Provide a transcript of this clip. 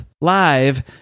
live